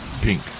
Pink